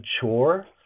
chore